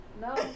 No